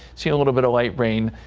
see a little bit of light rain.